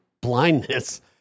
blindness